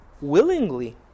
willingly